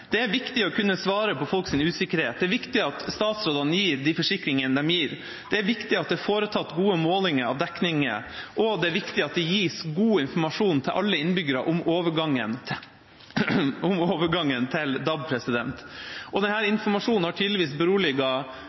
Det er viktig å kunne svare på folks usikkerhet. Det er viktig at statsrådene gir de forsikringene de gir, det er viktig at det er foretatt gode målinger om dekningen, og det er viktig at det gis god informasjon til alle innbyggere om overgangen til DAB. Denne informasjonen har tydeligvis beroliget flere og